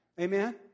Amen